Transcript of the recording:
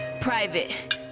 private